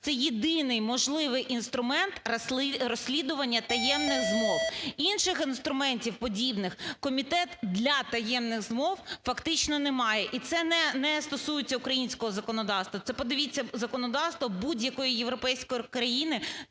це єдиний можливий інструмент розслідування таємних змов. Інших інструментів подібних комітет для таємних змов фактично не має. І це не стосується українського законодавства, це подивіться законодавство будь-якої європейської країни,